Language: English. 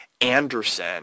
Anderson